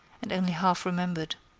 and only half remembered.